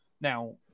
Now